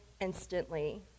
instantly